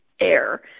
air